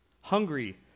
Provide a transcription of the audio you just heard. Hungry